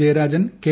Jayarajan K